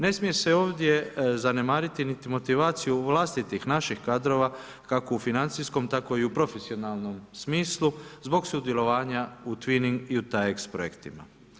Ne smije se ovdje zanemariti niti motivaciju vlastitih naših kadrova kako u financijskom, tako i u profesionalnom smislu zbog sudjelovanja u twinning i u taiex projektima.